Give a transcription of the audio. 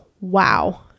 wow